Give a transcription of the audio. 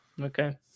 Okay